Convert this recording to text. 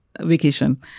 vacation